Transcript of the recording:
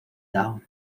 down